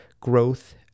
growth